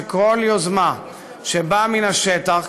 שכל יוזמה שבאה מן השטח,